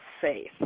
faith